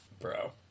Bro